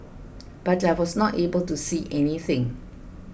but I was not able to see anything